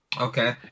Okay